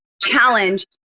challenge